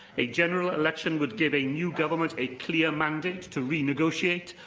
a general election would give a new government a clear mandate to renegotiate,